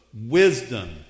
Wisdom